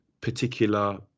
particular